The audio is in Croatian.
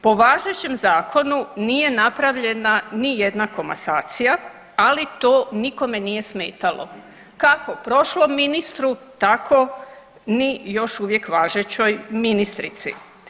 Po važećem zakonu nije napravljena nijedna komasacija, ali to nikome nije smetalo kako prošlom ministru tako ni još uvijek važećoj ministrici.